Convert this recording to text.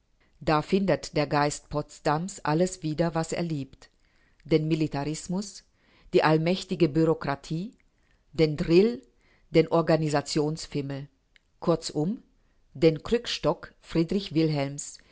da findet der geist potsdams alles wieder was er liebt den militarismus die allmächtige bureaukratie den drill den organisationsfimmel kurzum den krückstock friedrich wilhelms